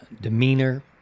demeanor